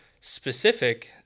specific